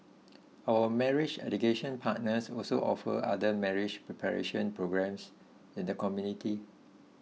our marriage education partners also offer other marriage preparation programmes in the community